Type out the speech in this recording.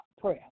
prayer